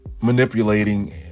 manipulating